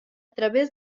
través